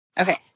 Okay